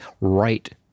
right